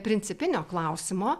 principinio klausimo